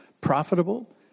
profitable